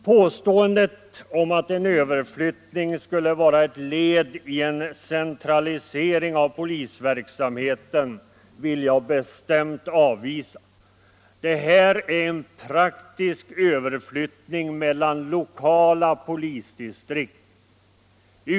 Påståendet om att en överflyttning skulle vara ett led i en centralisering av polisverksamheten vill jag bestämt avvisa. Det är fråga om en praktisk överflyttning mellan lokala polisdistrikt.